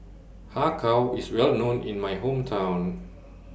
Har Kow IS Well known in My Hometown